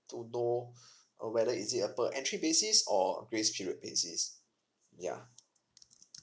to know uh whether is it a by entry basis or grace period basis yeah